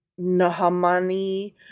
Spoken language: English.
Nahamani